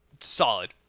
Solid